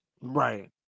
Right